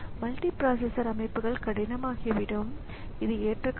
எனவே இப்போது thin client அமைப்பு இருக்கிறது இந்த கணினி சேவையகத்தில் இருக்கும்